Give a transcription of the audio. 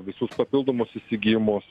visus papildomus įsigijimus